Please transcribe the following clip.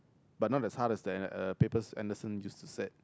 but not as hard and uh papers Anderson used to set